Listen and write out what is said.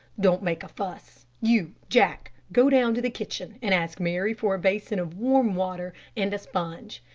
don't make a fuss. you, jack, go down to the kitchen and ask mary for a basin of warm water and a sponge,